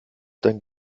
dann